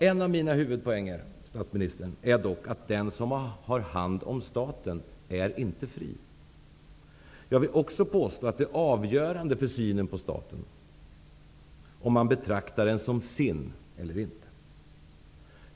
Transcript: En av mina huvudpoänger, statsministern, är dock att den som har hand om staten inte är fri. Jag vill också påstå att det avgörande för synen på staten är om man betraktar den som sin eller inte.